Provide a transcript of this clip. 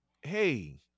Hey